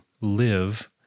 live